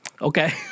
Okay